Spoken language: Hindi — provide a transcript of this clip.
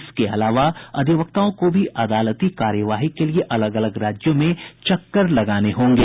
इसके अलावा वकीलों को भी अदालती कार्यवाही के लिए अलग अलग राज्यों में चक्कर लगाने होंगे